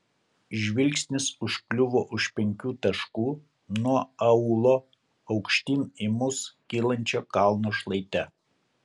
žvilgsnis užkliuvo už penkių taškų nuo aūlo aukštyn į mus kylančio kalno šlaite